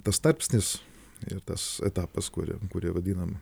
tas tarpsnis ir tas etapas kuriam kurį vadinam